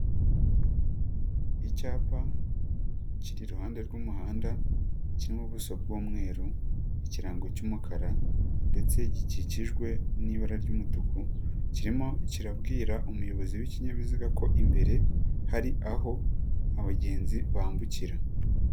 Icyapa kiri iruhande rw'umuhanda, kirimo ubuso bw'umweru, ikirango cy'umukara ndetse gikikijwe n'ibara ry'umutuku, kirimo kirabwira umuyobozi w'ikinyabiziga ko imbere hari aho abagenzi bambukira.